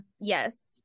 Yes